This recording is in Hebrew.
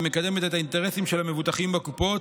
המקדמת את האינטרסים של המבוטחים בקופות.